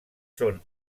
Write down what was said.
són